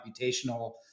computational